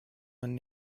man